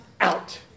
out